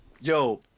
yo